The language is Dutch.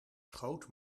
schoot